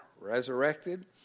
resurrected